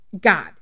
God